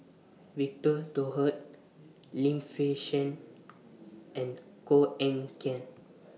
Victor Doggett Lim Fei Shen and Koh Eng Kian